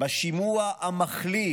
בשימוע המחליא